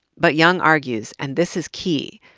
but young argues, and this is key,